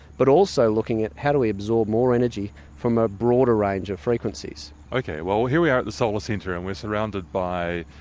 but also looking at how do we absorb more energy from a broader range of frequencies. okay, here we are at the solar centre and we're surrounded by.